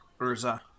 Urza